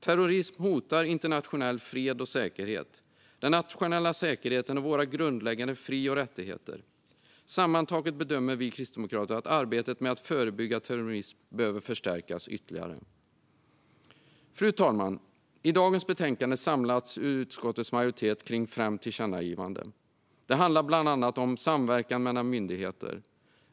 Terrorism hotar internationell fred och säkerhet, den nationella säkerheten och våra grundläggande fri och rättigheter. Sammantaget bedömer vi kristdemokrater att arbetet med att förebygga terrorism behöver förstärkas ytterligare. Fru talman! I dagens betänkande samlas utskottets majoritet kring fem tillkännagivanden. Det handlar bland annat om samverkan mellan myndigheter.